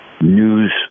news